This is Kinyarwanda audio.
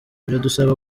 biradusaba